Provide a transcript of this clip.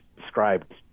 described